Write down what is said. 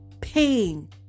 pain